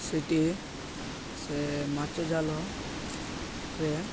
ସେଇଟି ସେ ମାଛ ଜାଲରେ